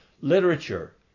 literature